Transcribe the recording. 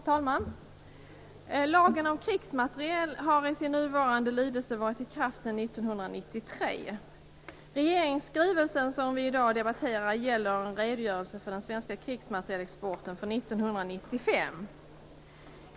Herr talman! Lagen om krigsmateriel har i sin nuvarande lydelse varit i kraft sedan 1993. Regeringsskrivelsen, som vi i dag debatterar, gäller en redogörelse för den svenska krigsmaterielexporten för 1995.